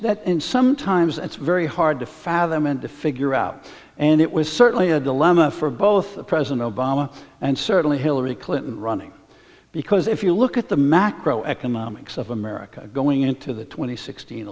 that in some times it's very hard to fathom and to figure out and it was certainly a dilemma for both president obama and certainly hillary clinton running because if you look at the macro economics of america going into the twenty sixt